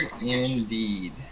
indeed